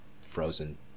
frozen